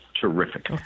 terrific